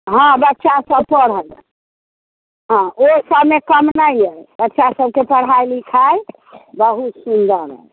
हँ बच्चा सब पढ़ैया हँ ओहि सबमे कमी नहि अइ बच्चा सबके पढ़ाइ लिखाइ बहुत सुन्दर अइ